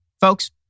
folks